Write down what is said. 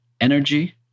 energy